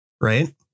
Right